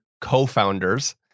co-founders